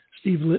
Steve